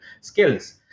skills